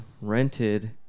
rented